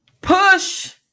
Push